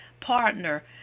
partner